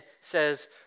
says